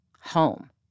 home